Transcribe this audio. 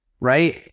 right